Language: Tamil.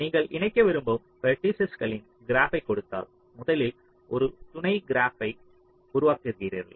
நீங்கள் இணைக்க விரும்பும் வெர்ட்டிஸஸ்களின் கிராப்பை கொடுத்தால் முதலில் ஒரு துணை கிராப்பை த்தை உருவாக்குகிறீர்கள்